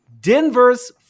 Denver's